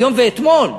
היום ואתמול,